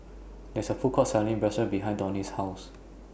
There IS A Food Court Selling Bratwurst behind Donnie's House